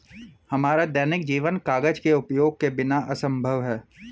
हमारा दैनिक जीवन कागज के उपयोग के बिना असंभव है